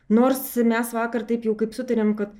nors mes vakar taip jau kaip sutarėm kad